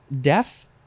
deaf